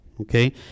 okay